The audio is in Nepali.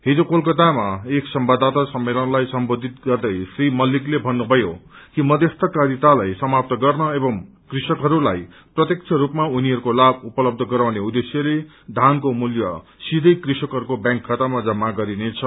हिज कोलकातामा एक सम्वाददाता सम्मेलनलाई सम्बोधित गर्दै श्री मल्लिकले भन्नुभयो कि मध्यस्थकारितालाई समाप्त गर्न एंव कृषकहस्लाई प्रत्यक्ष रूपमा उनीहरूको लाभ उपलब्ध गराउने उद्धेश्यले धानको मूल्य सीवै कृषकहरूको ब्यांक खातामा जम्मा गरिनेछ